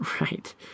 Right